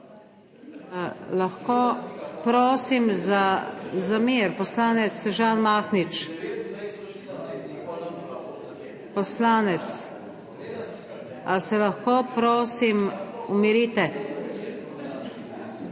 Lahko prosim za mir, poslanec Žan Mahnič. Poslanec, ali se lahko prosim umirite.